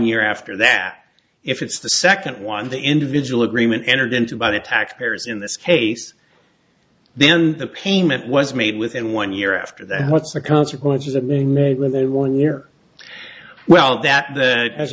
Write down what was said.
year after that if it's the second one the individual agreement entered into by the taxpayers in this case then the payment was made within one year after that what's the consequences of being met with a one year well that the as